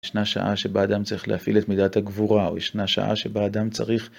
ישנה שעה שבה אדם צריך להפעיל את מידת הגבורה, או ישנה שעה שבה אדם צריך...